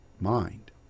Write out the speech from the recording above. mind